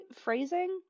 phrasing